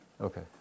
Okay